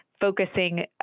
focusing